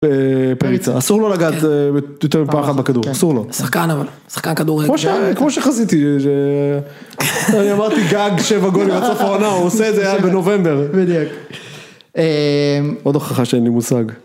פריצה, אסור לו לגעת יותר מפה אחת בכדור, אסור לו. שחקן אבל, שחקן כדורגל. כמו שחזיתי, ש... אני אמרתי גג, שבע גולים הצפונה, הוא עושה את זה היה בנובמבר. בדיוק. עוד הוכחה שאין לי מושג.